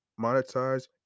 monetize